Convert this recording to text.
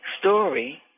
story